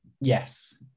yes